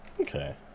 Okay